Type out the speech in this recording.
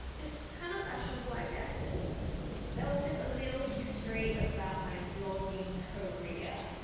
it's kind of fashionable i guess that was just a little history about my blogging career,